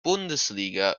bundesliga